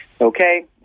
Okay